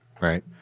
right